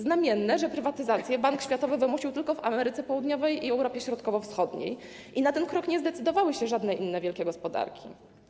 Znamienne, że prywatyzacje Bank Światowy wymusił tylko w Ameryce Południowej i Europie Środkowo-Wschodniej i na ten krok nie zdecydowały się żadne inne wielkie gospodarki.